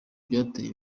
byateye